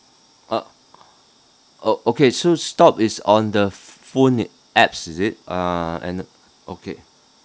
uh oh okay so stop is on the ph~ phone apps is it ah and okay